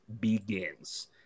begins